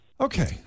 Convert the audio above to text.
Okay